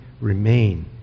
remain